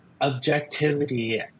objectivity